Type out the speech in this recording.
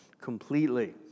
completely